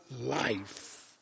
life